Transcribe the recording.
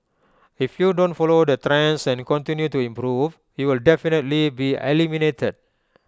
if you don't follow the trends and continue to improve you'll definitely be eliminated